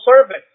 service